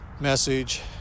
message